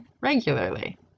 regularly